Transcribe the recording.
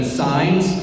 signs